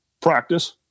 practice